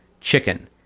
chicken